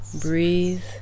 breathe